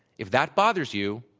if that bothers you,